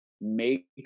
make